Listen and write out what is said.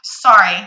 Sorry